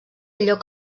lloc